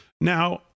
now